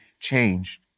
changed